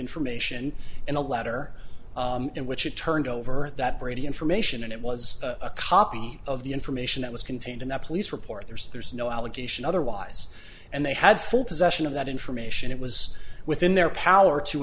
information in a letter in which it turned over at that brady information and it was a copy of the information that was contained in that police report there's there's no allegation otherwise and they had full possession of that information it was within their power to